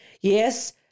Yes